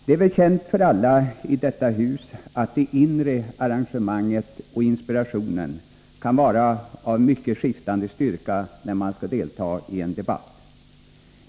Det är väl känt för alla i detta hus att det inre engagemanget och inspirationen kan vara av mycket skiftande styrka när man skall deltaga i en debatt.